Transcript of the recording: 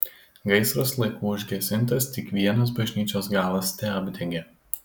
gaisras laiku užgesintas tik vienas bažnyčios galas teapdegė